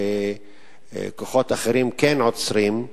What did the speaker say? וכוחות אחרים כן עוצרים,